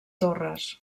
torres